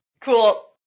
Cool